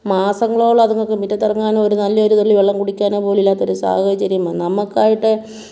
മാസങ്ങളോളം അതിങ്ങൾക്ക് മുറ്റത്തിറങ്ങാനോ ഒരു നല്ല ഒരുതുള്ളി വെള്ളം കുടിക്കാനോ പോലും ഇല്ലാത്തൊരു സാഹചര്യമാണ് നമുക്കാകട്ടെ